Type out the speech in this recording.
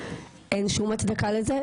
אין שום הצדקה לזה.